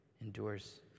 endures